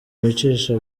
wicisha